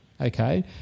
Okay